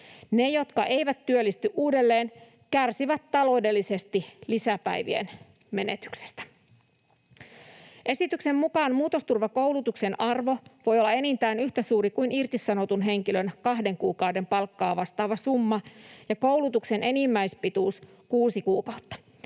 Ne, jotka eivät työllisty uudelleen, kärsivät taloudellisesti lisäpäivien menetyksestä. Esityksen mukaan muutosturvakoulutuksen arvo voi olla enintään yhtä suuri kuin irtisanotun henkilön kahden kuukauden palkkaa vastaava summa ja koulutuksen enimmäispituus kuusi kuukautta.